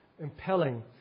Impelling